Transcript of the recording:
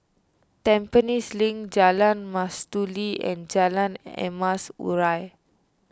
Tampines Link Jalan Mastuli and Jalan Emas Urai